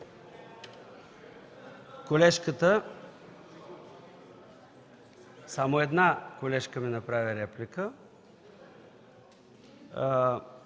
колежката – само една колежка ми направи реплика.